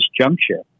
juncture